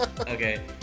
Okay